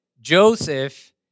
Joseph